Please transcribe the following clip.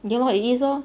ya lor it is lor